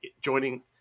joining